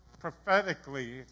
prophetically